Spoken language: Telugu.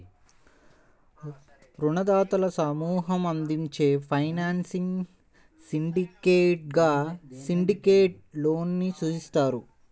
రుణదాతల సమూహం అందించే ఫైనాన్సింగ్ సిండికేట్గా సిండికేట్ లోన్ ని సూచిస్తారు